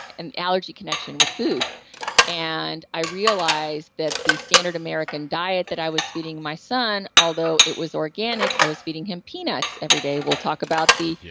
an allergy connection with food and i realized that the standard american diet that i was feeding my son although it was organic, i was feeding him peanuts every day. we'll talk about the.